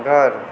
घर